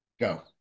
go